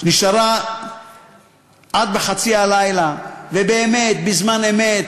נשארה עד "בחצי הלילה", ובאמת, בזמן אמת,